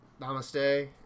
namaste